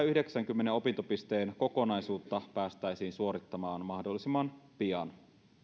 yhdeksäänkymmeneen opintopisteen kokonaisuutta päästäisiin suorittamaan mahdollisimman pian